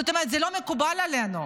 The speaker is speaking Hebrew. זאת אומרת, זה לא מקובל עלינו.